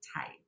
type